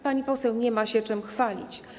Pani poseł, nie ma się czym chwalić.